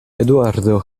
eduardo